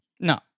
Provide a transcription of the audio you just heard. No